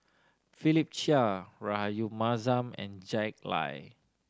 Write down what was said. Philip Chia Rahayu Mahzam and Jack Lai